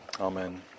Amen